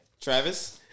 Travis